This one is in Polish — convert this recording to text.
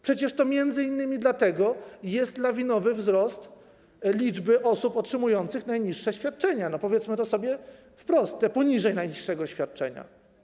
Przecież to m.in. dlatego jest lawinowy wzrost liczby osób otrzymujących najniższe świadczenia, powiedzmy to sobie wprost, te poniżej najniższego świadczenia.